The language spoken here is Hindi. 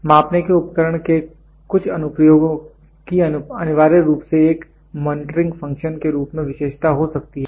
मापने के उपकरण के कुछ अनुप्रयोगों की अनिवार्य रूप से एक मॉनिटरिंग फ़ंक्शन के रूप में विशेषता हो सकती है